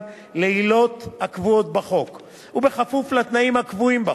לעילות הקבועות בחוק וכפוף לתנאים הקבועים בחוק,